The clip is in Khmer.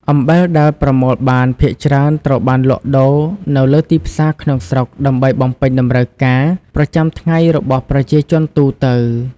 អំបិលដែលប្រមូលបានភាគច្រើនត្រូវបានលក់ដូរនៅលើទីផ្សារក្នុងស្រុកដើម្បីបំពេញតម្រូវការប្រចាំថ្ងៃរបស់ប្រជាជនទូទៅ។